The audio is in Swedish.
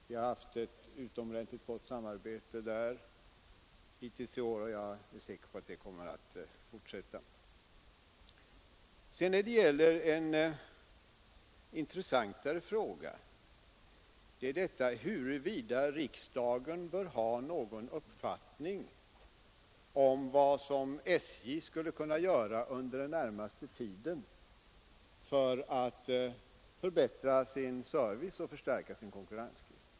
Vi har haft ett utomordentligt gott samarbete där hittills i år och jag är säker på att det kommer att fortsätta. En intressant fråga är huruvida riksdagen bör ha någon uppfattning om vad SJ skulle kunna göra under den närmaste tiden för att förbättra sin service och förstärka sin konkurrenskraft.